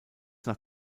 nach